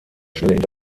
schnelle